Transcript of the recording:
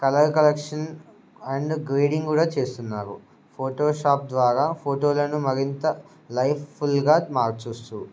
colour collection and grading కూడా చేస్తున్నారు Photoshop ద్వారా ఫోటోలను మరింత లైఫ్ ఫుల్గా మారుస్తూ